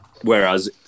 Whereas